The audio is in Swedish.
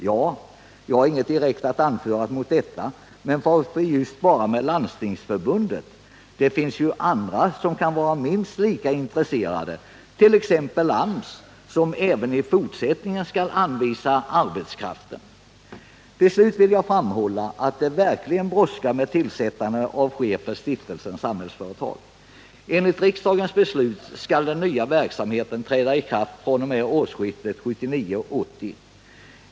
Jag har inget särskilt att anföra mot detta, men varför bara med just Landstingsförbundet? Det finns ju andra som kan vara minst lika intresserade, t.ex. AMS, som även i fortsättningen skall anvisa arbetskraften. Till slut vill jag framhålla att det verkligen brådskar med tillsättandet av chef för Stiftelsen Samhällsföretag. Enligt riksdagens beslut skall den nya verksamheten starta vid årsskiftet 1979-1980.